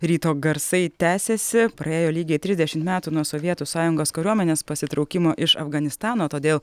ryto garsai tęsiasi praėjo lygiai trisdešimt metų nuo sovietų sąjungos kariuomenės pasitraukimo iš afganistano todėl